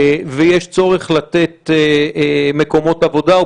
ויש צורך לתת מקומות עבודה או